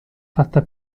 fatta